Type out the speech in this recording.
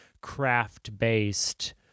craft-based